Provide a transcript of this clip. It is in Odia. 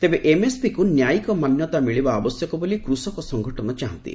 ତେବେ ଏମ୍ଏସ୍ପିକ୍ତ ନ୍ୟୟିକ ମାନ୍ୟତା ମିଳିବା ଆବଶ୍ୟକ ବୋଲି କୃଷକ ସଂଗଠନ ଚାହାନ୍ତି